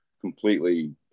completely